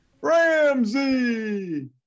Ramsey